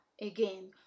again